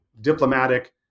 diplomatic